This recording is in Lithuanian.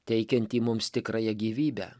teikiantį mums tikrąją gyvybę